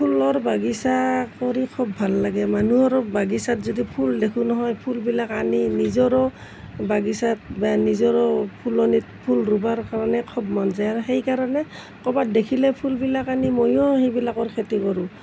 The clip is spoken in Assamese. ফুলৰ বাগিচা কৰি খুব ভাল লাগে মানুহৰ বাগিচাত যদি ফুল দেখোঁ নহয় ফুলবিলাক আনি নিজৰো বাগিচাত নিজৰো ফুলনিত ফুল ৰোবৰ কাৰণে খুব মন যায় আৰু সেইকাৰণে ক'ৰবাত দেখিলে ফুলবিলাক আনি মইও সেইবিলাকৰ খেতি কৰোঁ